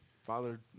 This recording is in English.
Father